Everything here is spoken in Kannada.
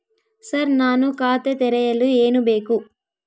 ಸರ್ ನಾನು ಖಾತೆ ತೆರೆಯಲು ಏನು ಬೇಕು?